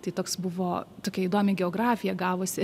tai toks buvo tokia įdomi geografija gavosi